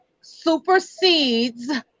supersedes